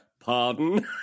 Pardon